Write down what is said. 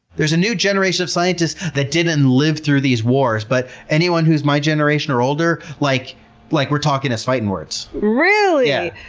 there's a new generation of scientists that didn't live through these wars, but anyone who's my generation or older, like like we're talking it's fighting words. really? yeah